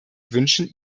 wünschen